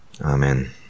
amen